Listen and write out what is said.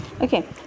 okay